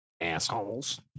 Assholes